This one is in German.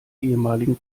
ehemaligen